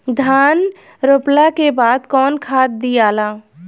धान रोपला के बाद कौन खाद दियाला?